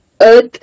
Earth